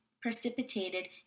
precipitated